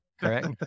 correct